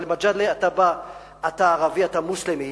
גאלב מג'אדלה, אתה ערבי, אתה מוסלמי,